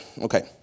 Okay